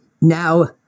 Now